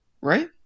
Right